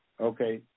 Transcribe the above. Okay